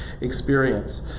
experience